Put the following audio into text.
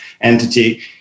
entity